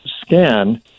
scan